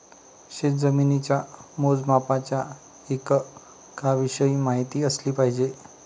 शेतजमिनीच्या मोजमापाच्या एककांविषयी माहिती असली पाहिजे